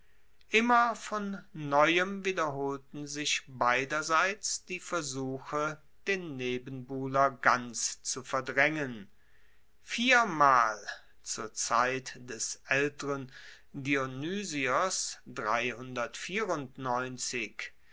immer von neuem wiederholten sich beiderseits die versuche den nebenbuhler ganz zu verdraengen viermal zur zeit des aelteren